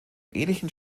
ähnlichen